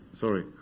sorry